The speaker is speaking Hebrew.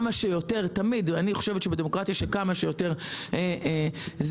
אני חושבת שבדמוקרטיה כמה שיותר זה